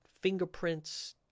fingerprints